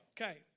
Okay